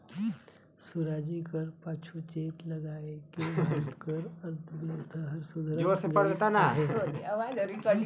सुराजी कर पाछू चेत लगाएके भारत कर अर्थबेवस्था हर सुधरत गइस अहे